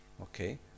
okay